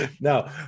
No